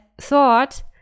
thought